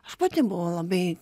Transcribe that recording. aš pati buvau labai